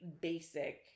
basic